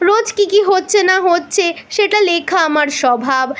রোজ কী কী হচ্ছে না হচ্ছে সেটা লেখা আমার স্বভাব